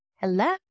Hello